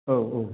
औ औ